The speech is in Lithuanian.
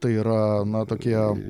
tai yra na tokie